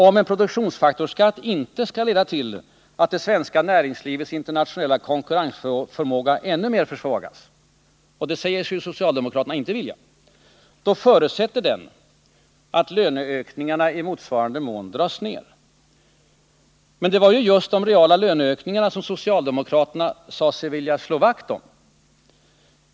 Om en produktionsfaktorsskatt inte skall leda till att man försvagar det svenska näringslivets internationella konkurrensförmåga ännu mer — och det säger sig ju socialdemokraterna inte vilja — förutsätter den att löneökningarna i motsvarande mån dras ner. Men det var ju de reala löneökningarna som socialdemokraterna sade sig vilja slå vakt om.